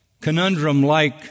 conundrum-like